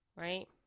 right